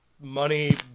money